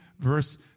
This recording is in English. verse